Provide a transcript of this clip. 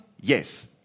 Yes